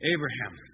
Abraham